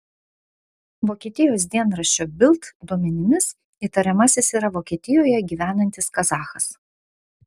vokietijos dienraščio bild duomenimis įtariamasis yra vokietijoje gyvenantis kazachas